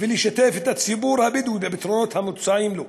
ולשתף את הציבור הבדואי בפתרונות המוצעים לו,